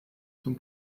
zum